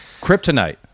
Kryptonite